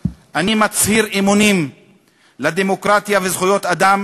אני מצהיר אמונים לדמוקרטיה וזכויות אדם,